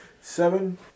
Seven